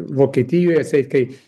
vokietijoje atseit kai